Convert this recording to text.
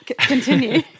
continue